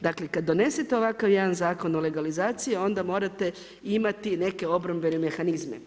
Dakle kada donesete ovakav jedan Zakon o legalizaciji onda morate imati neke obrambene mehanizme.